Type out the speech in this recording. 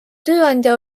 tööandja